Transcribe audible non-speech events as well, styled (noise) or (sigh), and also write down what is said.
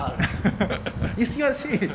(laughs) you see what see